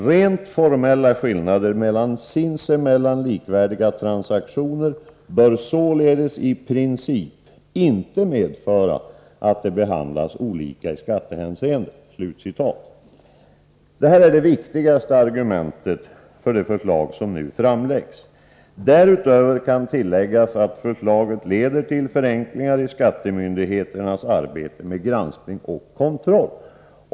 Rent formella skillnader mellan sinsemellan ekonomiskt likvärda transaktioner bör således i princip inte medföra att de behandlas olika i skattehänseende.” Det här är det viktigaste argumentet för det förslag som nu framläggs. Därutöver kan tilläggas att förslaget leder till förenklingar av skattemyndigheternas arbete med granskning och kontroll.